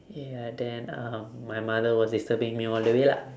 ya then um my mother was disturbing me all the way lah